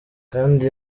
kandi